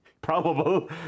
probable